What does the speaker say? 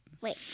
wait